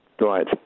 Right